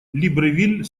либревиль